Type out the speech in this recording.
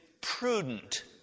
prudent